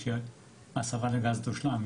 כשההסרה לגז תושלם,